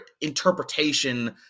interpretation